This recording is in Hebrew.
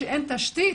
שאין תשתית.